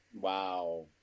Wow